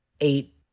eight